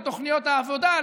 לתוכניות העבודה,